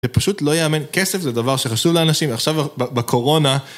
זה פשוט לא ייאמן, כסף זה דבר שחשוב לאנשים, ועכשיו בקורונה...